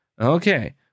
Okay